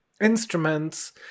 instruments